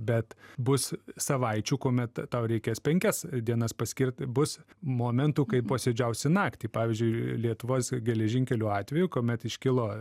bet bus savaičių kuomet tau reikės penkias dienas paskirt bus momentų kai posėdžiausi naktį pavyzdžiui lietuvos geležinkelių atveju kuomet iškilo